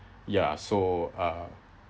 ya so uh